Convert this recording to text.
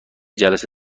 جلسه